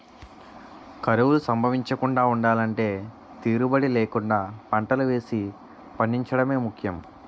కరువులు సంభవించకుండా ఉండలంటే తీరుబడీ లేకుండా పంటలు వేసి పండించడమే ముఖ్యం